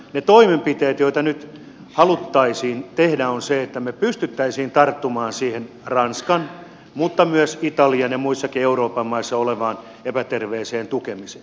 ne toimenpiteet joita nyt haluttaisiin tehdä on se että me pystyisimme tarttumaan siihen ranskassa mutta myös italiassa ja muissakin euroopan maissa olevaan epäterveeseen tukemiseen